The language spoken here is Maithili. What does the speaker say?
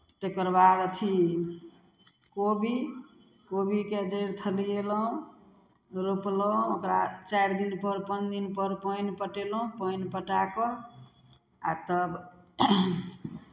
तकर बाद अथि कोबी कोबीके जड़ि थलिएलहुँ रोपलहुँ ओकरा चारि दिनपर पाँच दिनपर पानि पटेलहुँ पानि पटा कऽ आ तब